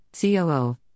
COO